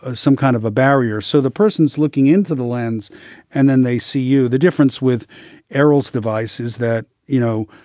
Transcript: ah some kind of a barrier. so the person's looking into the lens and then they see you. the difference with errol's device is that, you know,